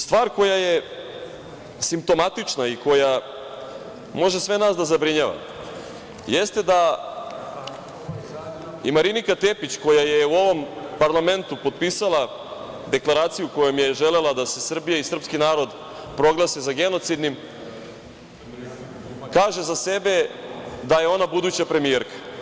Stvar koja je simptomatična i koja može sve nas da zabrinjava jeste da i Marinika Tepić, koja je u ovom parlamentu potpisala deklaraciju kojom je želela da se Srbija i srpski narod proglase za genocidnim, kaže za sebe da je ona buduća premijerka.